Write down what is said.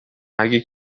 اگه